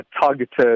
targeted